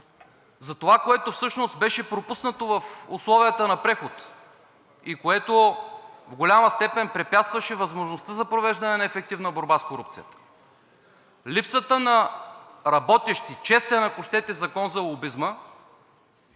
за това, което всъщност беше пропуснато в условията на преход и което в голяма степен препятстваше възможността за провеждане на ефективна борба с корупцията – липсата на работещ и честен, ако щете, Закон за лобизма,